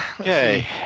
Okay